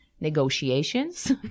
negotiations